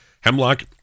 Hemlock